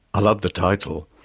i love the title.